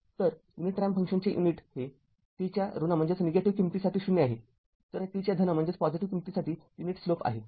तर unit ramp function चे unit हे t च्या ऋण किंमतींसाठी ० आहे तर t च्या धन किंमतींसाठी युनिट स्लोप आहे